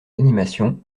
animations